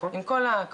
עם כל הכבוד.